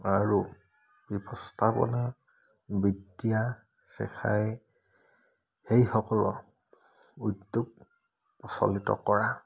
আৰু ব্যৱস্থাপনা বিদ্যা শিকাই সেইসকলৰ উদ্যোগ প্ৰচলিত কৰা